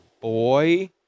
boy